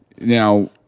Now